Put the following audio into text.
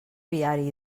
viari